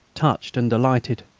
touched and delighted.